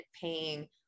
paying